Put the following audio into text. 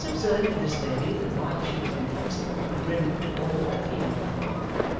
it was observed of this lady that while she was inflexible and grim to all her female flock,